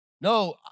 No